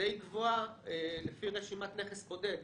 גבוהה לפי רשימת נכס בודד,